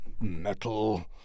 metal